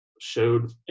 showed –